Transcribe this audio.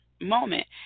moment